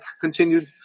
continued